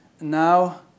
Now